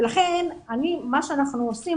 לכן מה שאנחנו עושים,